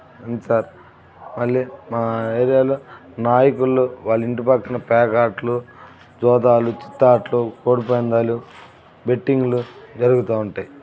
sir మళ్ళీ మా ఏరియాలో నాయకుళ్ళు వాళ్ళ ఇంటి పక్కన పేకాటలు జూదాలు చిత్తాటలు కోడి పందాలు బెట్టింగ్లు జరుగుతూ ఉంటాయి